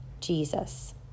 Jesus